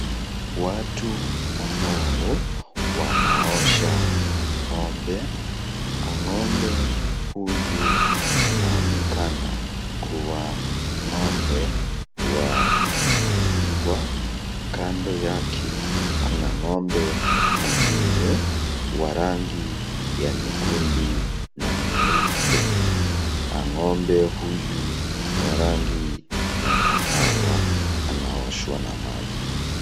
Watu ambao wanaosha ng'ombe na ng'ombe huyu anaonekana kuwa ng'ombe wa maziwa. Kando yake kuna ng'ombe mwingine wa rangi ya nyekundu na nyeupe na ng'ombe huyu wa rangi ya kahawa anaoshwa na maji.